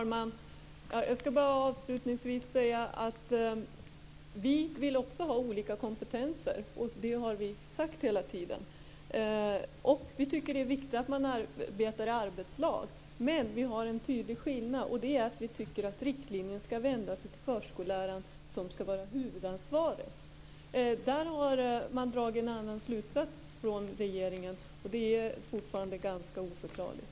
Fru talman! Jag skall avslutningsvis säga att vi också vill ha olika kompetenser. Och det har vi hela tiden sagt. Vi tycker att det är viktigt att man arbetar i arbetslag. Men det är en tydlig skillnad mellan oss. Vi tycker att riktlinjerna skall vända sig till förskolläraren som skall vara huvudansvarig. Regeringen har dragit en annan slutsats, och det är fortfarande ganska oförklarligt.